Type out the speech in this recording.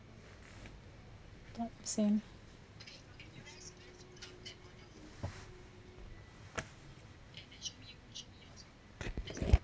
I thought same